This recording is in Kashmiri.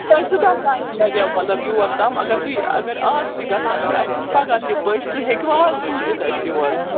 تۄہہِ کوٗتاہ ٹایِم لگٮ۪و مطلب یور تام اگر تُہۍ اگر اَز تہِ گژھان حظ اَسہِ یِنۍ پگاہ تہِ پٔژھۍ تُہۍ ہیٚکوا اَز سوٗزِتھ اَسہِ یور